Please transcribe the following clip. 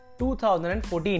2014